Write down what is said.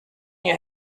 you